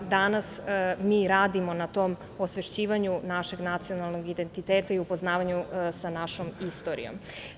Danas, mi radimo na tom osvešćivanju našeg nacionalnog identiteta i upoznavanju sa našom istorijom.